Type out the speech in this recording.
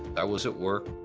i was at work,